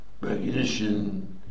recognition